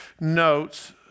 notes